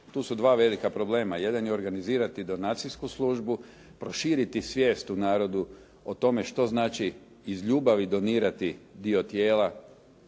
tu su dva velika problema. Jedan je organizirati donacijsku službu, proširiti svijest u narodu o tome što znači iz ljubavi donirati dio tijela